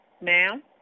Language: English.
Ma'am